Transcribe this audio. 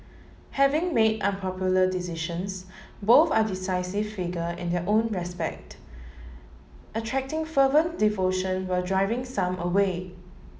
having made unpopular decisions both are divisive figure in their own respect attracting fervent devotion while driving some away